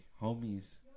homies